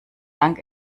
dank